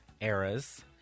eras